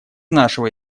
нашего